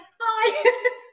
hi